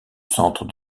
centre